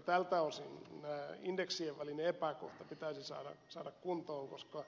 tältä osin indeksien välinen epäkohta pitäisi saada kuntoon koska